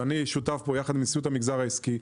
ואני שותף בו יחד עם נשיאות המגזר העסקי.